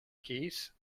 keys